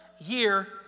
year